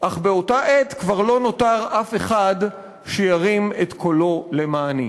אך באותה עת כבר לא נותר אף אחד/ שירים את קולו למעני.